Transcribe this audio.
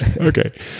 Okay